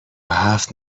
هفت